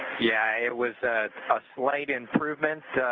yeah, it was a ah slight and